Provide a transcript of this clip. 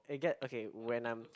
it get okay when I'm